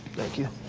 thank you.